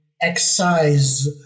excise